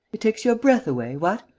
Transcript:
it takes your breath away, what,